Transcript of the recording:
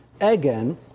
again